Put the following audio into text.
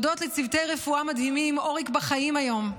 הודות לצוותי רפואה מדהימים, אוריק בחיים היום.